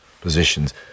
positions